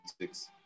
six